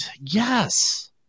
Yes